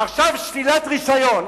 עכשיו שלילת רשיון.